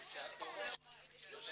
12:35.